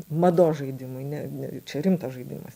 mados žaidimui ne čia rimtas žaidimas